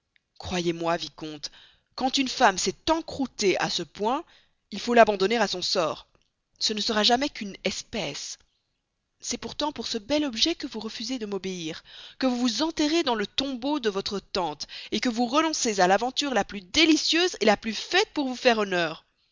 croyez-moi vicomte quand une femme s'est encroûtée à ce point il faut l'abandonner à son sort ce ne sera jamais qu'une espèce c'est pourtant pour ce bel objet que vous refusez de m'obéir que vous vous enterrez dans le tombeau de votre tante que vous renoncez à l'aventure la plus délicieuse la plus faite pour vous faire honneur